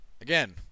Again